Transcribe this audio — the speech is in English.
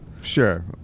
Sure